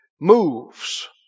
Moves